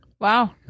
Wow